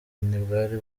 ntibwari